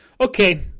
Okay